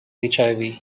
hiv